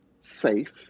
safe